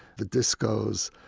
the discos,